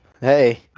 Hey